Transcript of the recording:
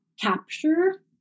capture